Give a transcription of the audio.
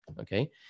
Okay